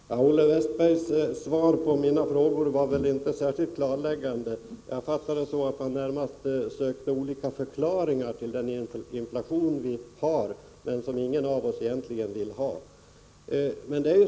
Fru talman! Olle Westbergs svar på mina frågor var inte särskilt klarläggande. Jag fattade det så, att han närmast sökte olika förklaringar till den inflation som vi har men som ingen av oss egentligen vill ha.